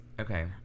Okay